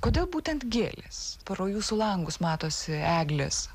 kodėl būtent gėlės pro jūsų langus matosi eglės